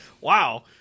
wow